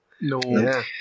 No